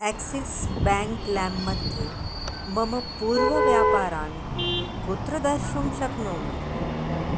axis bank लैं मध्ये मम पूर्वव्यापारान् कुत्र द्रष्टुं शक्नोमि